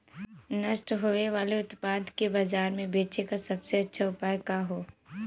नष्ट होवे वाले उतपाद के बाजार में बेचे क सबसे अच्छा उपाय का हो?